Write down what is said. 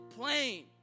plane